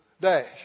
dash